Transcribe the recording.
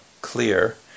clear